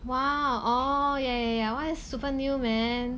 !wow! oh yeah yeah why super new man